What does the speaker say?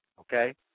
okay